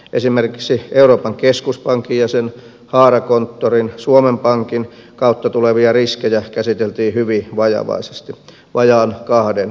esimerkiksi euroopan keskuspankin ja sen haarakonttorin suomen pankin kautta tulevia riskejä käsiteltiin hyvin vajavaisesti vajaan kahden rivin verran